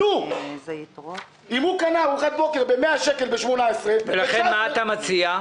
אם הוא קנה ארוחת בוקר ב-100 שקל ב-2018 --- לכן מה אתה מציע?